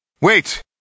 Wait